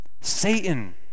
Satan